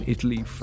Italy